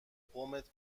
قومت